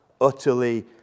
utterly